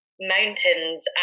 mountains